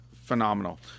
Phenomenal